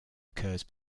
occurs